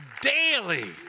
daily